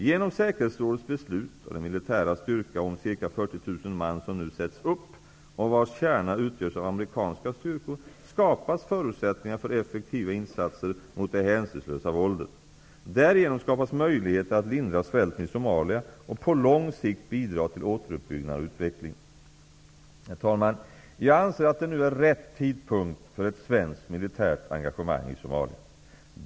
Genom säkerhetsrådets beslut och den militära styrka om ca 40 000 man som nu sätts upp, och vars kärna utgörs av amerikanska styrkor, skapas förutsättningar för effektiva insatser mot det hänsynslösa våldet. Därigenom skapas möjligheter att lindra svälten i Somalia och på lång sikt bidra till återuppbyggnad och utveckling. Herr talman! Jag anser att det nu är rätt tidpunkt för ett svenskt militärt engagemang i Somalia.